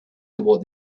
toward